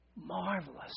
Marvelous